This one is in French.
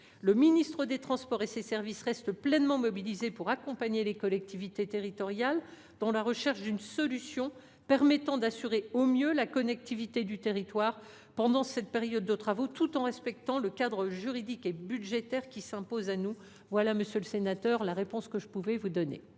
le ministre des transports et ses services restent pleinement mobilisés pour accompagner les collectivités territoriales dans la recherche d’une solution. Il convient d’assurer au mieux la connectivité du territoire pendant cette période de travaux, tout en respectant le cadre juridique et budgétaire qui s’impose à nous. La parole est à M. Christian Redon Sarrazy, pour